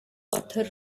author